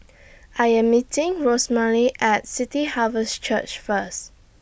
I Am meeting Rosemarie At City Harvest Church First